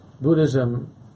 Buddhism